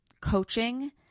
coaching